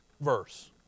verse